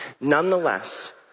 Nonetheless